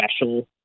special